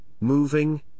moving